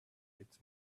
its